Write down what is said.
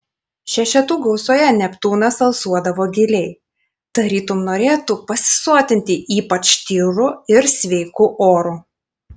šešetų gausoje neptūnas alsuodavo giliai tarytum norėtų pasisotinti ypač tyru ir sveiku oru